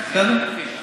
תודה.